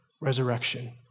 resurrection